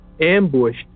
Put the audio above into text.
ambushed